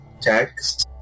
text